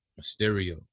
Mysterio